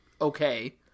okay